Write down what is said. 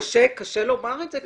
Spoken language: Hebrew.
אומנם קשה לומר את זה,